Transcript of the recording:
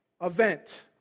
event